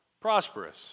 Prosperous